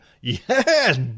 Yes